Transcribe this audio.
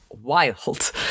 wild